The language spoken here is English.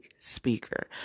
speaker